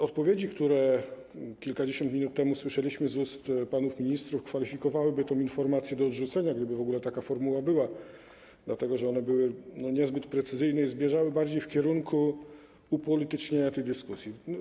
Odpowiedzi, które kilkadziesiąt minut temu usłyszeliśmy z ust panów ministrów, kwalifikowałyby tę informację do odrzucenia, gdyby w ogóle taka formuła występowała, dlatego że były one niezbyt precyzyjne i zmierzały bardziej w kierunku upolitycznienia tej dyskusji.